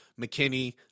McKinney